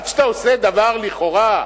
עד שאתה עושה דבר לכאורה,